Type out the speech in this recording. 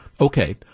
Okay